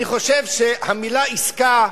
אני חושב שהמלה "עסקה"